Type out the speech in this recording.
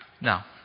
Now